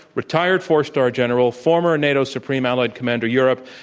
retired four star general, former nato supreme allied commander, europe,